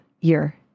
year